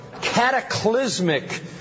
cataclysmic